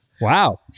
Wow